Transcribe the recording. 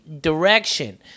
direction